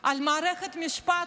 על מערכת משפט,